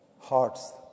Hearts